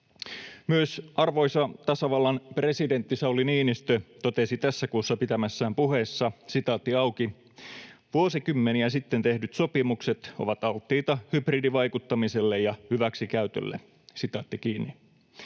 Myös arvoisa tasavallan presidentti Sauli Niinistö totesi tässä kuussa pitämässään puheessa: ”Vuosikymmeniä sitten tehdyt sopimukset ovat alttiita hybridivaikuttamiselle ja hyväksikäytölle.” Jo